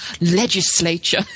legislature